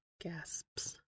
Gasps